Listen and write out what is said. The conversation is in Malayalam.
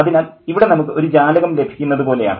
അതിനാൽ ഇവിടെ നമുക്ക് ഒരു ജാലകം ലഭിക്കുന്നതു പോലെയാണ്